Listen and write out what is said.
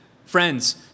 Friends